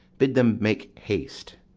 bid them make haste.